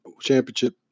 championship